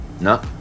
No